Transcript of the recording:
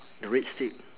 the red steak